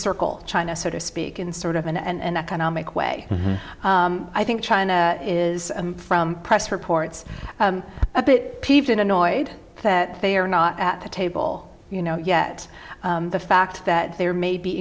encircle china so to speak in sort of an end economic way i think china is from press reports a bit peeved annoyed that they are not at the table you know yet the fact that there may be